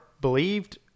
believed